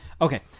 Okay